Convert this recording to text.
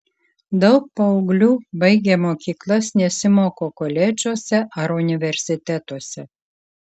daug paauglių baigę mokyklas nesimoko koledžuose ar universitetuose